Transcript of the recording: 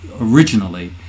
originally